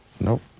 Nope